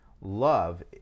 love